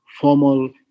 formal